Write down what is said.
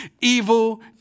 evil